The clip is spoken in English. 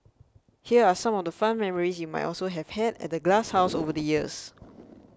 here are some of the fun memories you might also have had at the Glasshouse over the years